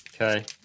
Okay